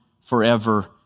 forever